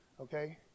okay